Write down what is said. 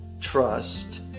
trust